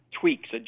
tweaks